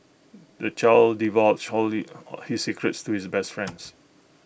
the child divulged all his secrets to his best friends